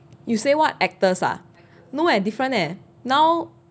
you say what actors ah no eh different leh now